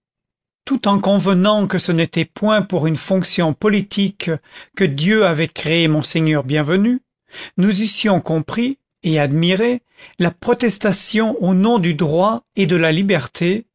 tout en convenant que ce n'était point pour une fonction politique que dieu avait créé monseigneur bienvenu nous eussions compris et admiré la protestation au nom du droit et de la liberté